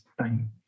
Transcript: time